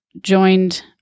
joined